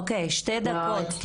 אוקי, שתי דקות.